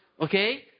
Okay